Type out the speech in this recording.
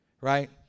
Right